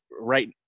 right